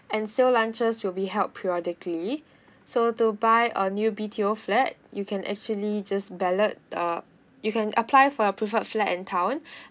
and sold launches will be held periodically so to buy a new B_T_O flat you can actually just ballot uh you can apply for your preferred flat in town